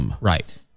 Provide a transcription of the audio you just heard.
Right